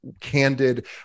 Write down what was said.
candid